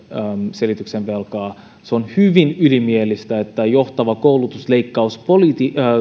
selityksen velkaa se on hyvin ylimielistä että johtava koulutusleikkauspuolue